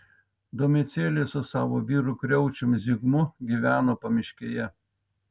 domicėlė su savo vyru kriaučium zigmu gyveno pamiškėje